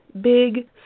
big